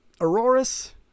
Aurora's